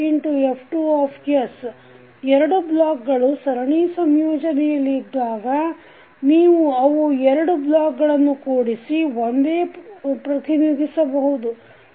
2 block ಗಳು ಸರಣಿ ಸಂಯೋಜನೆಯಲ್ಲಿ ಇದ್ದಾಗ ನೀವು ಅವು 2 ಬ್ಲಾಗ್ ಗಳನ್ನು ಕೂಡಿಸಿ ಒಂದೇ ಪ್ರತಿನಿಧಿಸಬಹುದು F1sF2